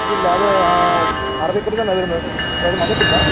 ഇല്ല അത് അറബിക്കടലിൽനിന്നാണ് വരുന്നത് ഈ പ്രാവശ്യം വന്നിട്ടില്ല